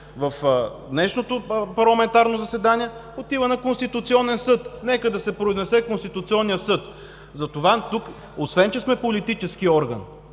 в днешното парламентарно заседание, отива на Конституционен съд. Нека да се произнесе Конституционният съд. Затова тук освен че сме политически орган,